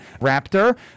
Raptor